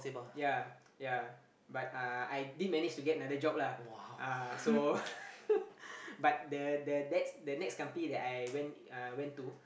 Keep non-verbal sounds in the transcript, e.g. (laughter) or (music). ya ya but uh I did manage to get another job lah ah so (laughs) but the the that the next company that I went uh went to